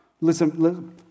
Listen